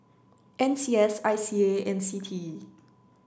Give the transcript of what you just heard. N C S I C A and C T E